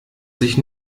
sich